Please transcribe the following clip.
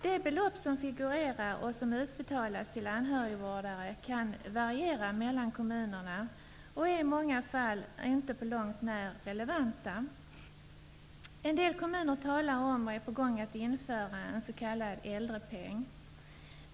De belopp som figurerar och som utbetalas till anhörigvårdare kan variera mellan kommunerna och är i många fall inte på långt när relevanta. En del kommuner talar om och är på gång att införa en s.k. äldrepeng.